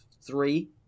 three